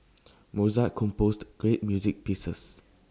Mozart composed great music pieces